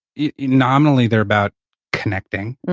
yeah nominally they're about connecting,